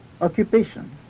occupation